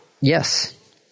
Yes